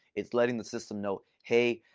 it's letting the system know, hey,